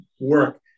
work